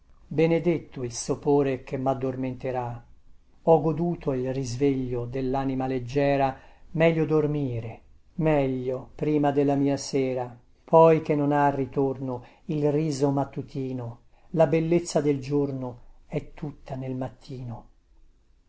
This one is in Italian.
benedetto il sopore che maddormenterà ho goduto il risveglio dellanima leggiera meglio dormire meglio prima della mia sera poi che non ha ritorno il riso mattutino la bellezza del giorno è tutta nel mattino